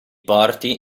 porti